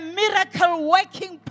miracle-working